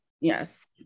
yes